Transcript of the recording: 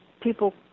people